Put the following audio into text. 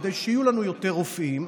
כדי שיהיו לנו יותר רופאים,